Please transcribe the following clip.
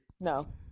no